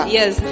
yes